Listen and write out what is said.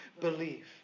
believe